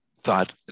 thought